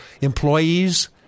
employees